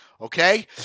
okay